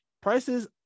prices